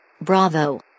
Bravo